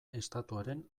estatuaren